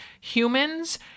humans